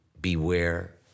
beware